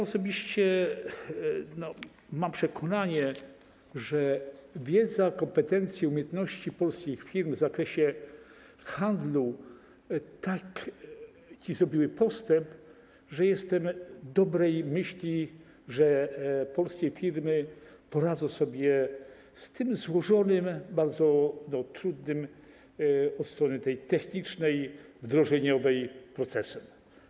Osobiście mam przekonanie, że wiedza, kompetencje, umiejętności polskich firm w zakresie handlu zrobiły postęp, a więc jestem dobrej myśli, że polskie firmy poradzą sobie z tym złożonym, bardzo trudnym od strony technicznej, wdrożeniowej procesem.